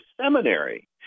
seminary